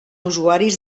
usuaris